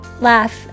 laugh